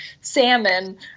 salmon